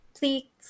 please